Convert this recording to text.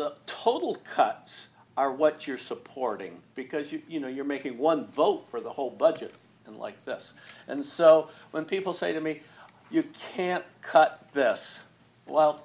the total cuts are what you're supporting because you you know you're making one vote for the whole budget and like this and so when people say to me you can't cut this well